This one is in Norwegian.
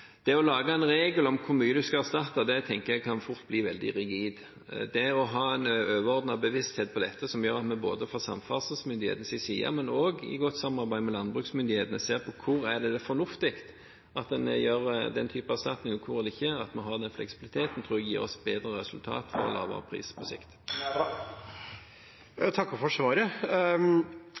Det å lage en regel om hvor mye en skal erstatte, tenker jeg fort kan bli veldig rigid. Det å ha en overordnet bevissthet om dette som gjør at vi både fra samferdselsmyndighetenes side og også i godt samarbeid med landbruksmyndighetene ser på hvor det er fornuftig at en gir denne typen erstatning, og hvor en ikke gir det – at vi har den fleksibiliteten, tror jeg gir oss bedre resultat for en lavere pris på sikt. Jeg takker for svaret.